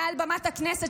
מעל במת הכנסת,